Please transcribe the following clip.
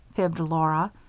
fibbed laura,